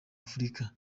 afurika